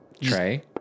Trey